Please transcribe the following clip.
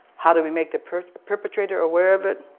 how do we make the perpetrator aware of it?